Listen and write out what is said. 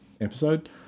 episode